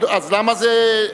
אז למה זה,